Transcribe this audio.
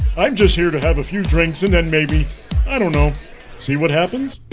i'm just here to have a few drinks, and then maybe i don't know see what happens